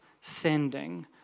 sending